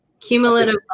Cumulative